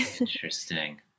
interesting